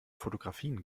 fotografien